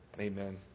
Amen